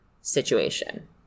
situation